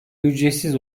ücretsiz